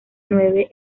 nueve